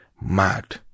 Mad